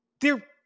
they're-